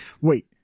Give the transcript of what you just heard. Wait